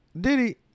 diddy